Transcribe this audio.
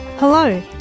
Hello